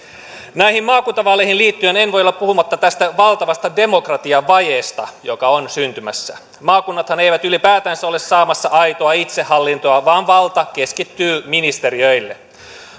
näihin maakuntavaaleihin liittyen en voi olla puhumatta tästä valtavasta demokratiavajeesta joka on syntymässä maakunnathan eivät ylipäätänsä ole saamassa aitoa itsehallintoa vaan valta keskittyy ministeriöille